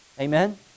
Amen